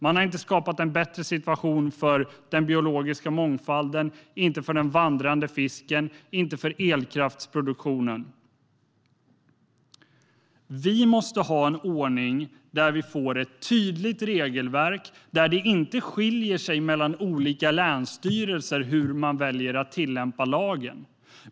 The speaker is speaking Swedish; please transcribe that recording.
Man har inte skapat en bättre situation för den biologiska mångfalden och inte heller för den vandrande fisken eller för elkraftsproduktionen. Vi måste ha en ordning med ett tydligt regelverk där det inte skiljer sig mellan olika länsstyrelser hur man väljer att tillämpa lagen.